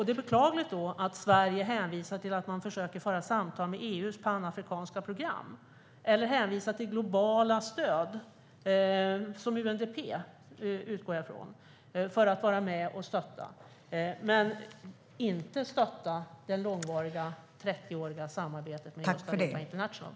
Det är beklagligt att Sverige hänvisar till samtal med EU:s panafrikanska program eller hänvisar till globala stöd - UNDP, utgår jag från - för att vara med och stötta men inte stöttar det långvariga 30-åriga samarbetet med Awepa International.